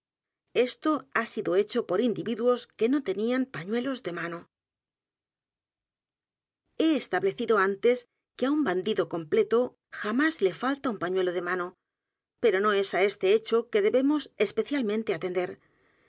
esto ha sido hecho por individuos que no tenían p a ñuelos de mano he establecido antes que á un bandido completo j a m á s le falta un pañuelo de mano pero no es á este hecho que debemos especialmente atender